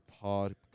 pod